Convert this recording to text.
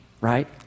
right